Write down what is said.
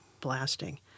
blasting